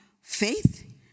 faith